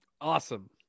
Awesome